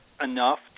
enough